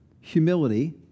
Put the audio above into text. humility